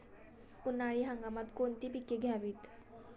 उन्हाळी हंगामात कोणती पिके घ्यावीत?